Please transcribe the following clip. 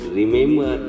remember